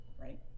Right